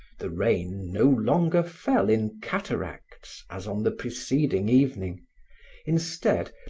the rain no longer fell in cataracts as on the preceding evening instead,